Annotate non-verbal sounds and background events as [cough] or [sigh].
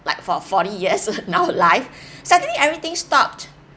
like for forty years [laughs] now live suddenly everything stopped